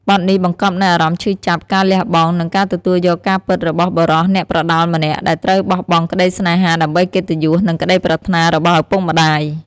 បទនេះបង្កប់នូវអារម្មណ៍ឈឺចាប់ ការលះបង់ និងការទទួលយកការពិតរបស់បុរសអ្នកប្រដាល់ម្នាក់ ដែលត្រូវបោះបង់ក្តីស្នេហាដើម្បីកិត្តិយស និងក្តីប្រាថ្នារបស់ឪពុកម្តាយ។